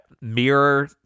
Mirror